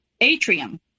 atrium